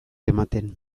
ematen